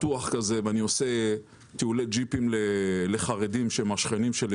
פתוח ואני עושה טיולי ג'יפים לחרדים שהם השכנים שלי,